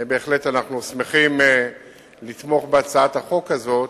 בהחלט אנחנו שמחים לתמוך בהצעת החוק הזאת,